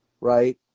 Right